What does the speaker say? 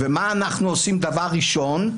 ומה אנחנו עושים דבר ראשון?